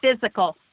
physical